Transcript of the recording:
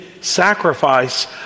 sacrifice